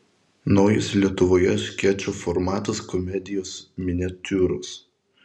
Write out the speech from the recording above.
naujas lietuvoje skečo formatas komedijos miniatiūros